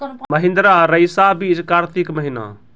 महिंद्रा रईसा बीज कार्तिक महीना?